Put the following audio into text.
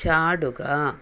ചാടുക